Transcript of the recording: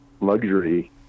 luxury